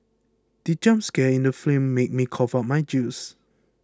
the jump scare in the film made me cough out my juice